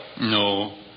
No